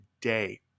today